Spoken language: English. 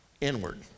inward